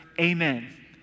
Amen